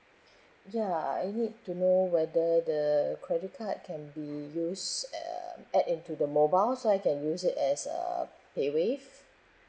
ya I need to know whether the credit card can be you use uh add into the mobile so I can use it as uh PayWave